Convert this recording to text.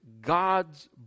God's